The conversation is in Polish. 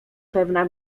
pewna